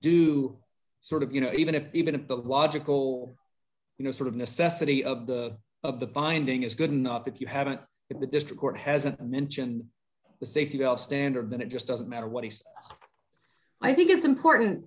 do sort of you know even if even to the logical you know sort of necessity of the of the binding is good enough if you have it in the district court hasn't mentioned the safety of standard that it just doesn't matter what he says i think it's important